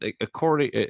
according